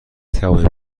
توانیم